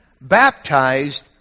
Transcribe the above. baptized